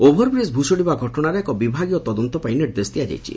over bridge ଭୁଷୁଡ଼ିବା ଘଟଣାର ଏକ ବିଭାଗୀୟ ତଦନ୍ତ ପାଇଁ ନିର୍ଦ୍ଦେଶ ଦିଆଯାଇଛି